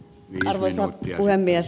arvoisa puhemies